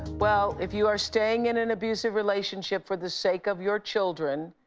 well, if you are staying in an abusive relationship for the sake of your children,